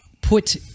put